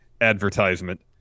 advertisement